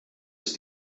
ist